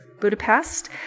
Budapest